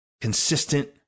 consistent